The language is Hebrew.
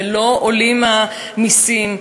ולא עולים המסים.